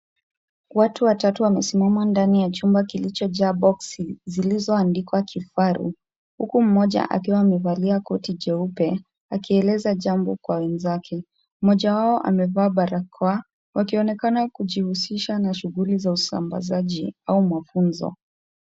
Watu watatu wamesimama ndani ya chumba kilichojaa boksi, zilizoandikwa kifaru, huku mmoja akiwa amevalia koti jeupe, akieleza jambo kwa wenzake. Mmoja wao amevaa barakoa, wakionekana kujihusisha na shughuli za usambashaji au mafunzo.